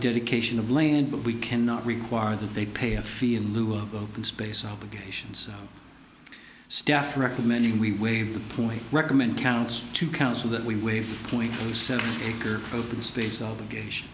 dedication of lane but we cannot require that they pay a fee in lieu of space obligations staff recommending we waive the point recommend counts two counts of that we waive point seven acre open space obligation